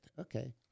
Okay